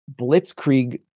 blitzkrieg